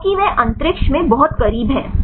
क्योंकि वे अंतरिक्ष में बहुत करीब हैं